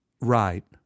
Right